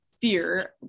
fear